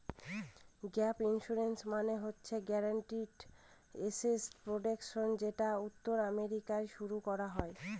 gap insurance মানে হচ্ছে guaranteed asset protection যেটা উত্তর আমেরিকায় শুরু করা হয়